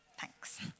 Thanks